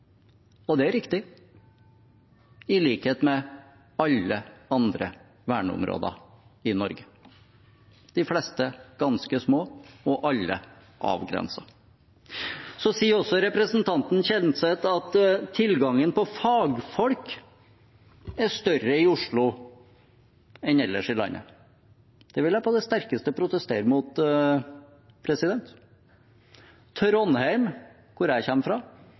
Det er riktig – i likhet med alle andre verneområder i Norge. De fleste er ganske små, og alle er avgrenset. Representanten Kjenseth sier også at tilgangen på fagfolk er større i Oslo enn ellers i landet. Det vil jeg på det sterkeste protestere mot. Trondheim, hvor jeg kommer fra,